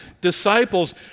disciples